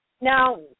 Now